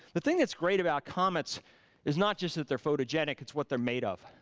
the thing that's great about comets is not just that they're photogenic, it's what they're made of.